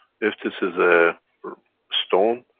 if this is a stone,